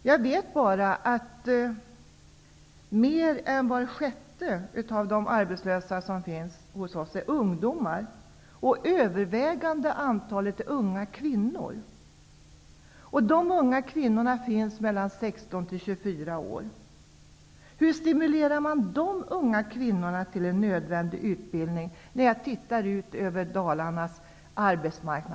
Jag vet bara att mer än var sjätte av de arbetslösa är ungdomar, med övervägande antal unga kvinnor i åldrarna 16 till 24 år. När jag ser på Dalarnas arbetsmarknadskarta undrar jag hur man kan stimulera dessa unga kvinnor till en nödvändig utbildning.